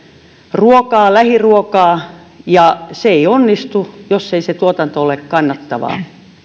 ruokaa lähiruokaa ja se ei onnistu jos ei se tuotanto ole kannattavaa